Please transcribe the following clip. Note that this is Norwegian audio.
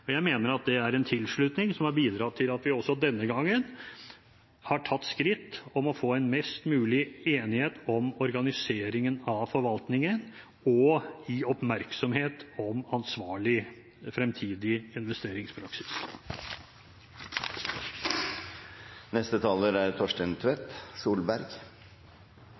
meldingen. Jeg mener at det er en tilslutning som har bidratt til at vi også denne gangen har tatt skritt for å få mest mulig enighet om organiseringen av forvaltningen og oppmerksomhet om ansvarlig fremtidig investeringspraksis.